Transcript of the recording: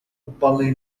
upalnej